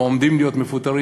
או אלה שעומדים להיות מפוטרים,